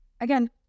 Again